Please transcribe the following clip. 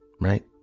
right